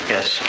Yes